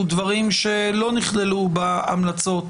אלה דברים שלא נכללו בהמלצות